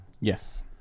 Yes